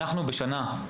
אנחנו בשנה,